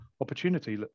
opportunity